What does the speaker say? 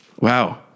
wow